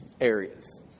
areas